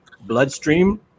bloodstream